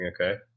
okay